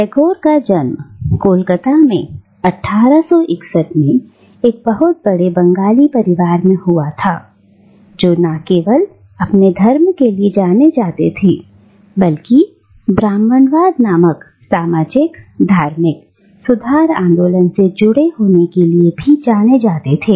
टैगोर का जन्म कोलकाता में 1861 में एक बहुत बड़े बंगाली परिवार में हुआ था जो ना केवल अपने धर्म के लिए जाने जाते थे बल्कि ब्राह्मणवाद नामक सामाजिक धार्मिक सुधार आंदोलन से जुड़े होने के लिए भी जाने जाते थे